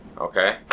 okay